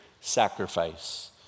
sacrifice